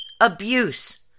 abuse